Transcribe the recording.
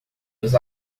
nos